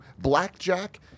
Blackjack